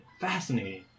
fascinating